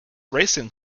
racing